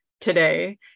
today